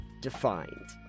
defined